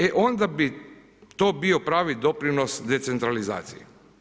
E onda bi to bio pravi doprinos decentralizaciji.